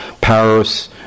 Paris